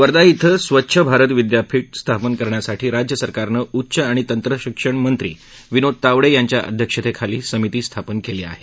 वर्धा क्रें स्वच्छ भारत विद्यापीठ स्थापन करण्यासाठी राज्य सरकारनं उच्च आणि तंत्रशिक्षण मंत्री विनोद तावडे यांच्या अध्यक्षतेखाली समिती स्थापन केली आहे